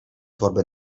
torbę